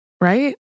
right